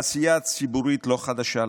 העשייה הציבורית לא חדשה לך,